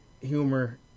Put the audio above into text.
humor